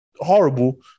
Horrible